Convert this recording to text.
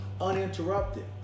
uninterrupted